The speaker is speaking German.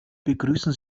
begrüßen